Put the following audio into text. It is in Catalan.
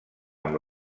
amb